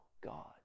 god